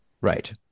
Right